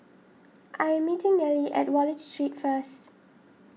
I am meeting Nellie at Wallich Street first